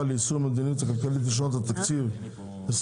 ליישום המדיניות הכלכלית לשנות התקציב 2023